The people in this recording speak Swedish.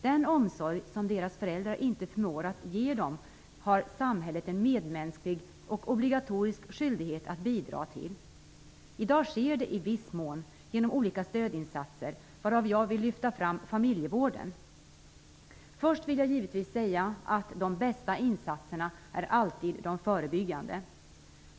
Den omsorg som deras föräldrar inte förmår ge dem har samhället en medmänsklig och obligatorisk skyldighet att bidra till. I dag sker det i viss mån genom olika stödinsatser, varav jag vill lyfta fram familjevården. Först vill jag givetvis säga att de bästa insatserna alltid är de förebyggande.